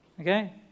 Okay